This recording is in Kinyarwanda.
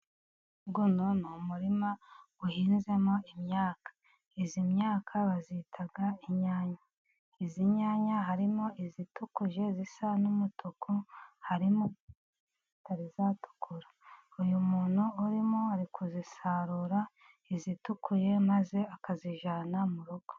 Uno ni umurima, uhinzemo imyaka. Iyi myaka bayita inyanya. izi nyanya, harimo izitukuje zisa n'umutuku. harimo n'izitaratukura. Uyu muntu urimo, ari kuzisarura, izitukuye maze akazijyana mu rugo.